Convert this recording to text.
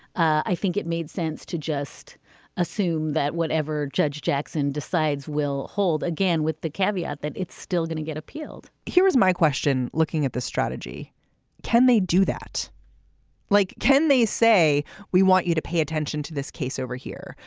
i think it made sense to just assume that whatever judge jackson decides will hold again with the caveat that it's still going to get appealed here's my question. looking at the strategy can they do that like can they say we want you to pay attention to this case over here.